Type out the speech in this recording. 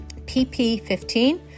PP15